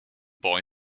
boy